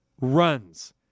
runs